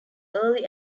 early